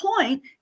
point